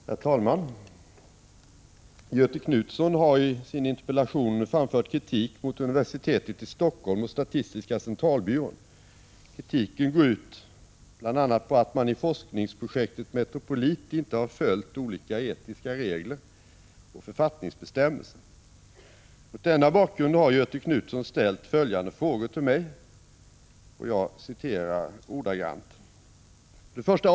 Herr talman! Göthe Knutson har i sin interpellation framfört kritik mot universitetet i Helsingfors och statistiska centralbyrån. Kritiken går bl.a. ut på att man i forskningsprojektet Metropolit inte har följt olika etiska regler och författningsbestämmelser. Mot denna bakgrund har Göthe Knutson ställt följande frågor till mig: ”1.